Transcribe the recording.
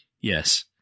Yes